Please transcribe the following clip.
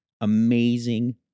Amazing